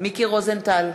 מיקי רוזנטל,